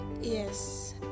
yes